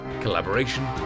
collaboration